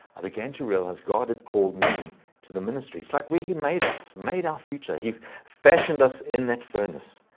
i began to realize god had called me to the ministry. is like where he made us made our future he fashioned us in that furnace,